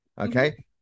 Okay